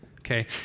okay